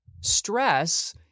Stress